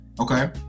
Okay